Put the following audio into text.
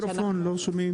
לא.